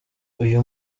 uyu